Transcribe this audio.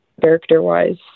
character-wise